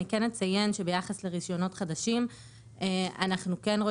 אני כן אציין שביחס לרישיונות חדשים אנחנו כן רואים